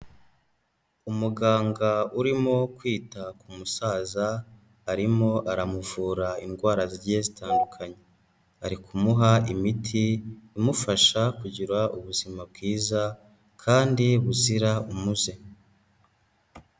Umuganga urimo kwita ku musaza arimo aramuvura indwara zigiye zitandukanye. Ari kumuha imiti imufasha kugira ubuzima bwiza kandi buzira umuze.